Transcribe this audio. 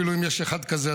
אפילו אם יש אחד כזה,